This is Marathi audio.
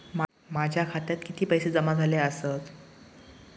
माझ्या खात्यात किती पैसे जमा झाले आसत?